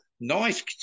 Nice